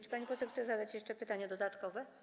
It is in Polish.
Czy pani poseł chce zadać jeszcze pytanie dodatkowe?